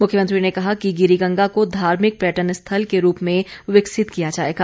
मुख्यमंत्री ने कहा कि गिरी गंगा को धार्मिक पर्यटन स्थल के रूप में विकसित किया जाएगा